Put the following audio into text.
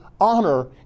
honor